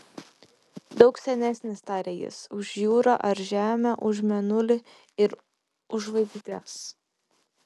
daug senesnis tarė jis už jūrą ar žemę už mėnulį ir už žvaigždes